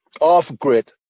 off-grid